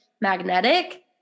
magnetic